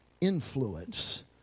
influence